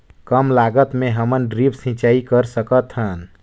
कम लागत मे हमन ड्रिप सिंचाई कर सकत हन?